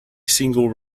single